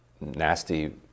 nasty